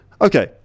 Okay